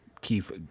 Keith